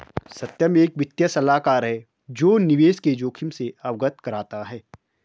सत्यम एक वित्तीय सलाहकार है जो निवेश के जोखिम से अवगत कराता है